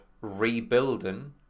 rebuilding